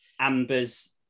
Amber's